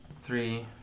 three